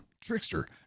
Trickster